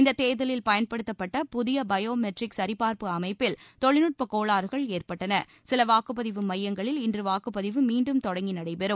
இந்த தேர்தலில் பயன்படுத்தப்பட்ட புதிய பயோமெட்ரிக் சரிபார்ப்பு அமைப்பில் தொழில்நுட்ப கோளாறுகள் ஏற்பட்டன சில வாக்குப்பதிவு மையங்களில் இன்று வாக்குப்பதிவு மீண்டும் தொடங்கி நடைபெறும்